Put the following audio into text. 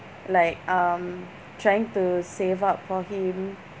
like um trying to save up for him